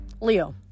leo